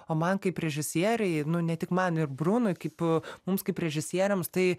o man kaip režisierei ne tik man ir brunui kaip mums kaip režisieriams tai